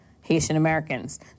Haitian-Americans